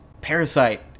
Parasite